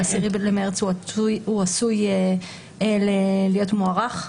ב-10 במרץ הוא עשוי להיות מוארך,